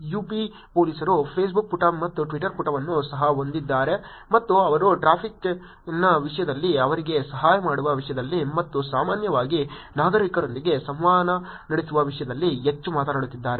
UP ಪೊಲೀಸರು Facebook ಪುಟ ಮತ್ತು ಟ್ವಿಟರ್ ಪುಟವನ್ನು ಸಹ ಹೊಂದಿದ್ದಾರೆ ಮತ್ತು ಅವರು ಟ್ರಾಫಿಕ್ನ ವಿಷಯದಲ್ಲಿ ಅವರಿಗೆ ಸಹಾಯ ಮಾಡುವ ವಿಷಯದಲ್ಲಿ ಮತ್ತು ಸಾಮಾನ್ಯವಾಗಿ ನಾಗರಿಕರೊಂದಿಗೆ ಸಂವಹನ ನಡೆಸುವ ವಿಷಯದಲ್ಲಿ ಹೆಚ್ಚು ಮಾತನಾಡುತ್ತಿದ್ದಾರೆ